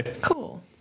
Cool